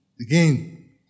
Again